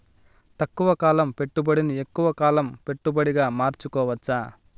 తక్కువ కాలం పెట్టుబడిని ఎక్కువగా కాలం పెట్టుబడిగా మార్చుకోవచ్చా?